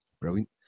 Brilliant